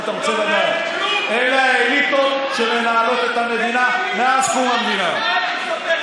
אלה האליטות שמנהלות את המדינה מאז קום המדינה.